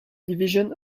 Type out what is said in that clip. division